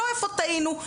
לא איפה טעינו,